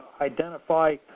identify